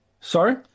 Sorry